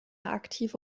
aktive